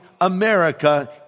America